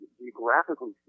geographically